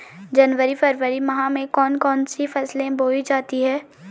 जनवरी फरवरी माह में कौन कौन सी फसलें बोई जाती हैं?